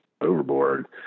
overboard